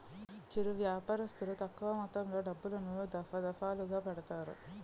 చిరు వ్యాపారస్తులు తక్కువ మొత్తంలో డబ్బులను, దఫాదఫాలుగా పెడతారు